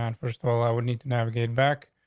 and first of all, i would need to navigate back.